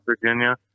Virginia